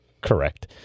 correct